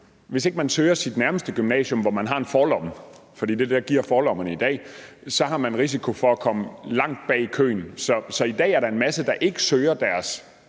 hvis ikke man søger sit nærmeste gymnasium, hvor man har en forlomme, for det er det, der giver forlommerne i dag, har man en risiko for at komme langt bag i køen. Så i dag er der en masse, der ikke søger deres